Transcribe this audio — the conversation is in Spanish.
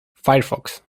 firefox